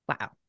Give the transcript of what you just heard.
Wow